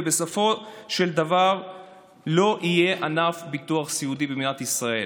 ובסופו של דבר לא יהיה ענף ביטוח סיעודי במדינת ישראל.